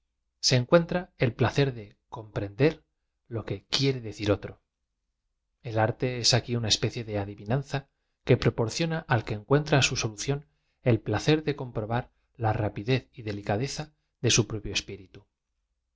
se encuentra el placer de comprender io que quiere decir otro el arte es aqui una especie de adivinanza que proporciona al que encuentra su solución el placer de comprobar la rapidez y delicadeza de su propio espí